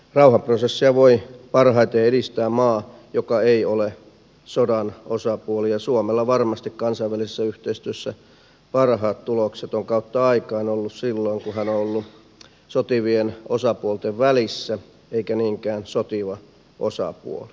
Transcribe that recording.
rauhanprosessia voi parhaiten edistää maa joka ei ole sodan osapuoli ja suomella varmasti kansainvälisessä yhteistyössä parhaat tulokset on kautta aikain ollut silloin kun se on ollut sotivien osapuolten välissä eikä niinkään sotiva osapuoli